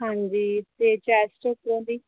ਹਾਂਜੀ ਅਤੇ ਚੈਸਟ ਉੱਪਰੋਂ ਦੀ